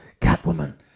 Catwoman